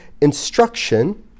instruction